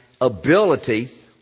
ability